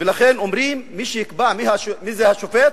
ולכן אומרים: מי שיקבע מי זה, השופט